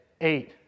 Eight